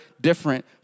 different